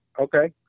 Okay